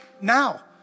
now